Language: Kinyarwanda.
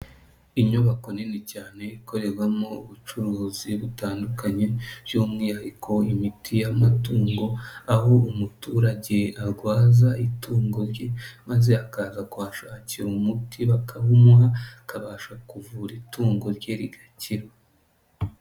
Inyubako nini cyane ikorerwamo ubucuruzi butandukanye by'umwihariko imiti y'amatungo, aho umuturage arwaza itungo rye maze akaza kuhashakira umuti bakawumuha akabasha kuvura itungo rye rigakira.